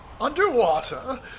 Underwater